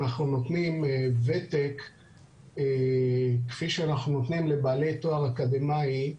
אנחנו נותנים ותק כפי שאנחנו נותנים לבעלי תואר אקדמאי.